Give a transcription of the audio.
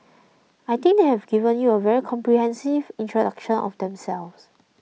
I think they have given you a very comprehensive introduction of themselves